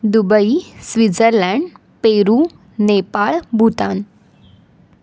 Dubai Switzerland Peru Nepal Bhutan